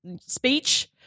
speech